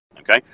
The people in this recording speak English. okay